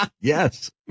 Yes